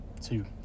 two